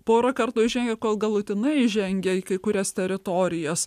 porą kartų įžengė kol galutinai įžengė į kai kurias teritorijas